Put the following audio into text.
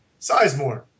Sizemore